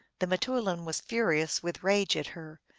the m teoulin was furious with rage at her,